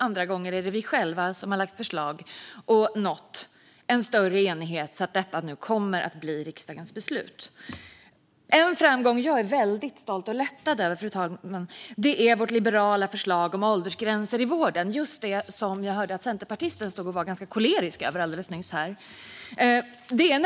Andra gånger är det vi själva som har lagt fram förslag och nått större enighet så att de kommer att bli riksdagens beslut. En framgång jag är stolt och lättad över, fru talman, är vårt liberala förslag om åldersgränser i vården - just det som jag nyss hörde att centerpartisten var kolerisk över.